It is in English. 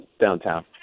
downtown